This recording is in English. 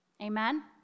Amen